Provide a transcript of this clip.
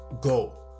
go